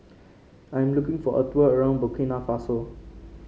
I am looking for a tour around Burkina Faso